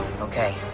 Okay